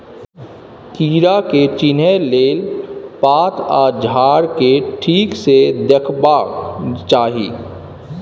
कीड़ा के चिन्हे लेल पात आ झाड़ केँ ठीक सँ देखबाक चाहीं